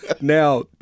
now